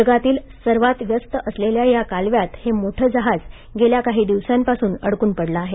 जगातील सर्वात व्यस्त असलेल्या या कालव्यात हे मोठे जहाज गेल्या काही दिवसांपासून अडकून पडले आहे